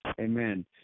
Amen